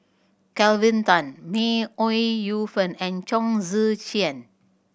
Kelvin Tan May Ooi Yu Fen and Chong Tze Chien